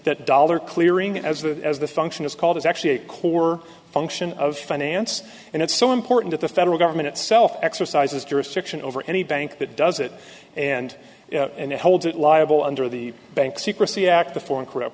that dollar clearing as the as the function is called is actually a core function of finance and it's so important at the federal government itself exercises jurisdiction over any bank that does it and hold it liable under the bank secrecy act the foreign corrupt